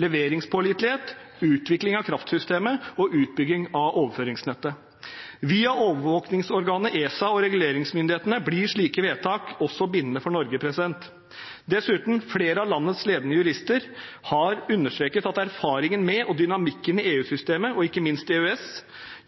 leveringspålitelighet, utvikling av kraftsystemet og utbygging av øverføringsnettet. Via overvåkingsorganet ESA og reguleringsmyndigheten blir slike vedtak også bindende for Norge. Dessuten har flere av landets ledende jurister understreket at erfaringen med og dynamikken i EU-systemet, og ikke minst EØS,